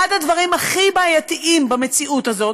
אחד הדברים הכי בעייתיים במציאות הזאת